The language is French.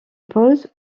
pause